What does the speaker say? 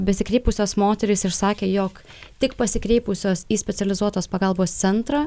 besikreipusios moterys išsakė jog tik pasikreipusios į specializuotos pagalbos centrą